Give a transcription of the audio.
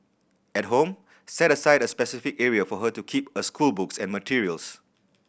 at home set aside a specific area for her to keep her schoolbooks and materials